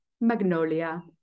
Magnolia